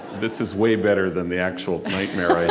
this is way better than the actual nightmare